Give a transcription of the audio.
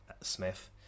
Smith